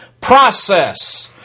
process